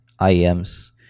IEMs